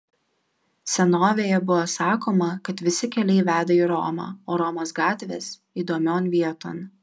senovėje buvo sakoma kad visi keliai veda į romą o romos gatvės įdomion vieton